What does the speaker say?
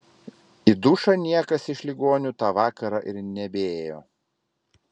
į dušą niekas iš ligonių tą vakarą ir nebeėjo